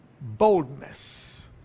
boldness